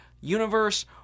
universe